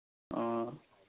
ꯑꯣ